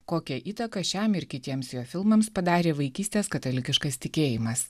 kokią įtaką šiam ir kitiems jo filmams padarė vaikystės katalikiškas tikėjimas